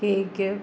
cake